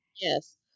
Yes